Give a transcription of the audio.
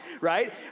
right